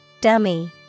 Dummy